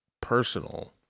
personal